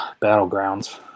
Battlegrounds